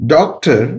Doctor